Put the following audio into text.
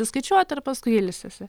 įskaičiuota ir paskui ilsisi